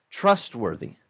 trustworthy